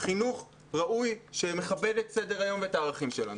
חינוך ראוי שמכבד את סדר-היום ואת הערכים שלנו.